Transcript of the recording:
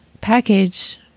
package